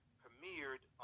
premiered